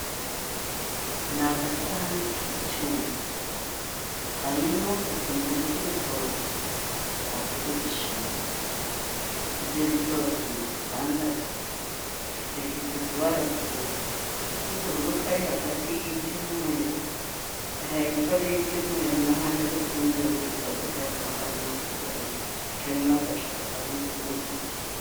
Ni agasahane k'icyuma, karimo utuntu bita ibitoryi bakururisha umuti. Ibyo bitoryi ni bitandatu bifite utubara tubiri; ak'ubururu kari hagati y'iryumweru, hepfo ari iry'umweru n'ahandi ari iry'umweru ariko hagati hakaba harimo ak'ubururu harimo n'agacupa kamwe kabamo umuti.